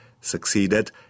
succeeded